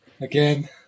Again